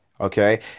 Okay